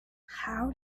how